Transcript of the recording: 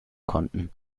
konnten